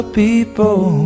people